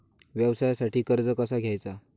व्यवसायासाठी कर्ज कसा घ्यायचा?